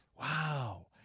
Wow